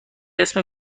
اسم